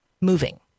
moving